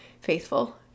faithful